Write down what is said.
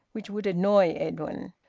which would annoy edwin.